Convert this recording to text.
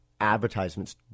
advertisements